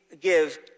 give